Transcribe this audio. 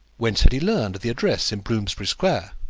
whence had he learned the address in bloomsbury square?